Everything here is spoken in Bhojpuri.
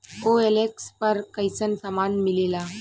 ओ.एल.एक्स पर कइसन सामान मीलेला?